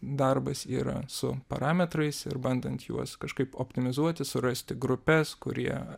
darbas yra su parametrais ir bandant juos kažkaip optimizuoti surasti grupes kurie